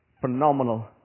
Phenomenal